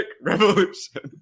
revolution